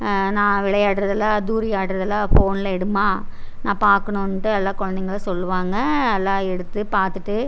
நான் விளையாடுறதெல்லாம் தூறி ஆடுறதெல்லாம் ஃபோனில் எடும்மா நான் பார்க்கணுட்டு எல்லாம் குழந்தைங்களும் சொல்லுவாங்க எல்லாம் எடுத்து பார்த்துட்டு